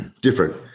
Different